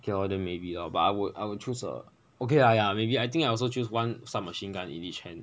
okay lor then maybe lor but I would I would choose a okay lah ya ya maybe I think I also choose one sub machine gun in each hand